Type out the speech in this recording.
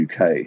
UK